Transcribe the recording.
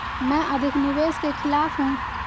मैं अधिक निवेश के खिलाफ हूँ